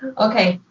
okay,